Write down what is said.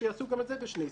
שיעשו גם את זה בשני סבבים.